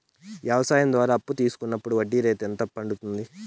వ్యవసాయం ద్వారా అప్పు తీసుకున్నప్పుడు వడ్డీ రేటు ఎంత పడ్తుంది